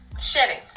Shedding